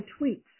tweets